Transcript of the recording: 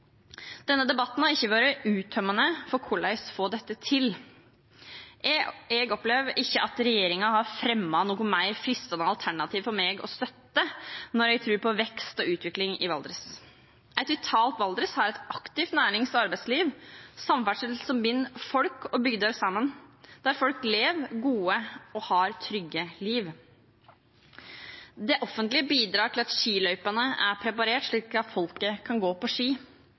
Denne debatten har ikke vært uttømmende for hvordan en kan få dette til. Jeg opplever ikke at regjeringen har fremmet noen mer fristende alternativer for meg å støtte når jeg tror på vekst og utvikling i Valdres. Et vitalt Valdres har et aktivt nærings- og arbeidsliv og samferdsel som binder folk og bygder sammen, der folk lever gode liv og har trygge liv. Det offentlige bidrar til at skiløypene er preparert, slik at folk kan gå på ski.